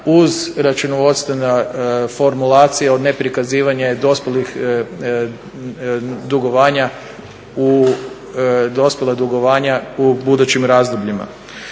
uz računovodstvena formulacija od neprikazivanje dospjelih dugovanja u budućim razdobljima.